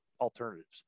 alternatives